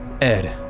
Ed